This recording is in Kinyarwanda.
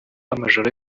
amajoro